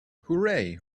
hooray